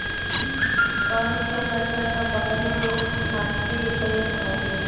कौन से नसल क बकरी मीट खातिर उपयोग होली?